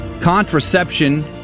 contraception